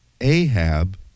Ahab